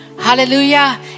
Hallelujah